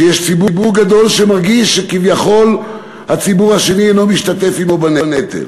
שיש ציבור גדול שמרגיש שכביכול הציבור השני אינו משתתף אתו בנטל,